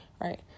Right